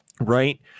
right